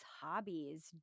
hobbies